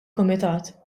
kumitat